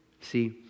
See